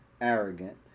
arrogant